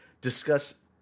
discuss